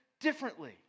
differently